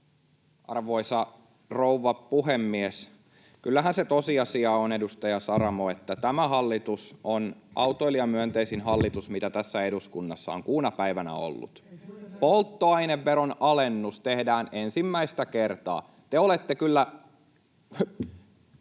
Arvoisa rouva puhemies! Kyllähän se tosiasia on, edustaja Saramo, että tämä hallitus on autoilijamyönteisin hallitus, mitä tässä eduskunnassa on kuuna päivänä ollut. [Jussi Saramon välihuuto] Polttoaineveron alennus tehdään ensimmäistä kertaa. Te olette kyllä